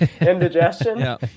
Indigestion